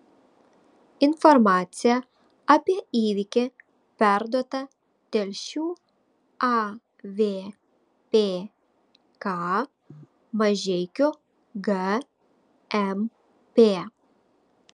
informacija apie įvykį perduota telšių avpk mažeikių gmp